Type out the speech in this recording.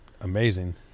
amazing